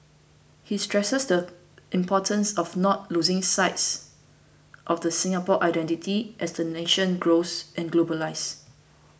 he stresses the importance of not losing sights of the Singapore identity as the nation grows and globalises